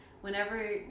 whenever